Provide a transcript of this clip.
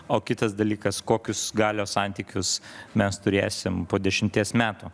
o kitas dalykas kokius galios santykius mes turėsim po dešimties metų